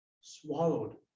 Swallowed